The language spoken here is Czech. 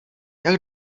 jak